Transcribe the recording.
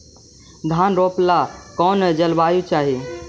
धान रोप ला कौन जलवायु चाही?